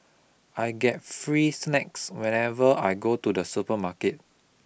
I get free snacks whenever I go to the supermarket